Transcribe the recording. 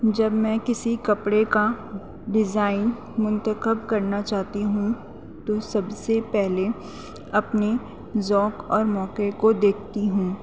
جب میں کسی کپڑے کا ڈیزائن منتخب کرنا چاہتی ہوں تو سب سے پہلے اپنے ذوق اور موقعے کو دیکھتی ہوں